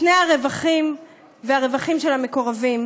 לפני הרווחים והרווחים של המקורבים.